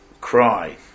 cry